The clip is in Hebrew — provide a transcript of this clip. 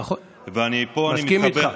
נכון, אני מסכים איתך.